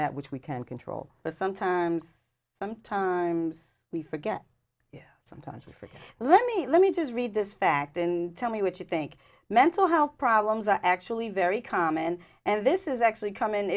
that which we can't control but sometimes sometimes we forget sometimes for let me let me just read this fact and tell me what you think mental health problems are actually very common and this is actually come